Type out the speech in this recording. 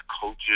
coaches